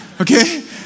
okay